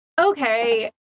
okay